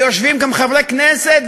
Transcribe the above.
ויושבים גם חברי כנסת,